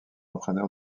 entraineur